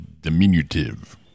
diminutive